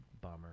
bummer